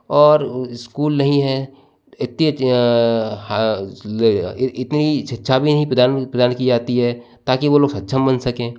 और स्कूल नहीं हैं इतनी शिक्षा भी नहीं प्रदान की जाती है ताकि वो लोग सक्षम बन सकें